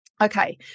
Okay